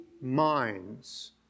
minds